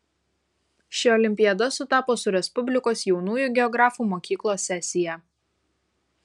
ši olimpiada sutapo su respublikos jaunųjų geografų mokyklos sesija